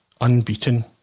unbeaten